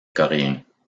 coréens